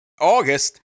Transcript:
August